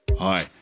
Hi